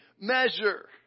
measure